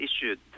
issued